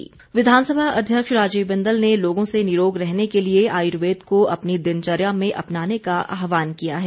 आरोग्य मेला विधानसभा अध्यक्ष राजीव बिंदल ने लोगों से निरोग रहने के लिए आयुर्वेद को अपनी दिनचर्या में अपनाने का आहवान किया है